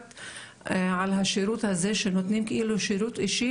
על השירות הזה שנותנים כאילו שירות אישי,